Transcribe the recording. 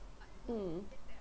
mm